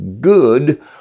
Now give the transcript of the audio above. good